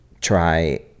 try